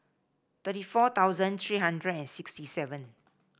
thirty four thousand three hundred and sixty seven